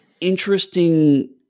interesting